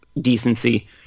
decency